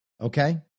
Okay